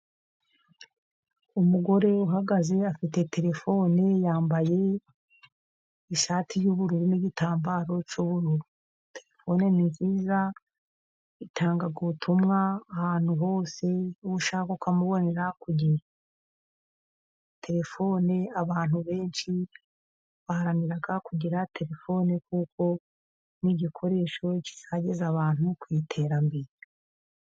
Umugore uhagaze afite terefone yambaye ishati y'ubururu n'igitambaro cy'ubururu, terefone ni nziza itanga ubutumwa ahantu hose uw'ushaka ukamubonera ku gihe, terefone abantu benshi baharanira kugira telefone kuko n'igikoresho kizageza abantu ku iterambere.